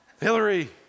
Hillary